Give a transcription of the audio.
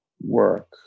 Work